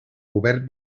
govern